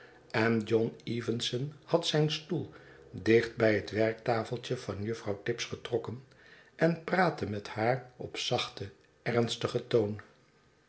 en john evenson had zijn stoel dicht bij het werktafeltje van juffrouw tibbs getrokken en praatte met haar op zachten ernstigen toon